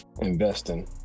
investing